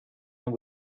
and